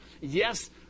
yes